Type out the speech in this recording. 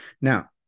Now